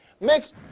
makes